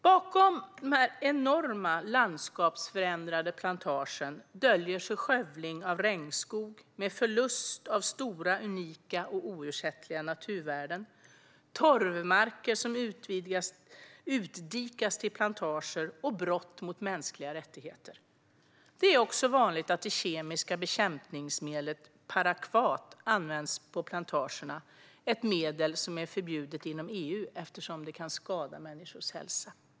Bakom de enorma landskapsförändrande plantagerna döljer sig skövling av regnskog med förlust av stora unika och oersättliga naturvärden, torvmarker som utdikas till plantager samt brott mot mänskliga rättigheter. Det är också vanligt att det kemiska bekämpningsmedlet parakvat används på plantagerna, ett medel som är förbjudet inom EU eftersom det kan skada människors hälsa.